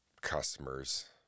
customers